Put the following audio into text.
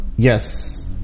Yes